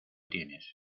tienes